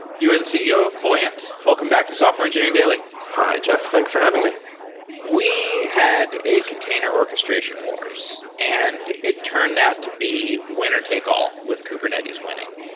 you are the ceo of buoyant. welcome back to software engineering daily hi, jeff. thanks for having me we had a container orchestration wars. and it turned out to be winner-take-all with kubernetes winning.